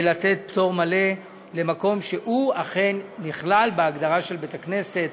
לתת פטור מלא למקום שאכן נכלל בהגדרה של בית-הכנסת.